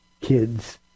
kids